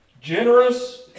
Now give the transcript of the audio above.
generous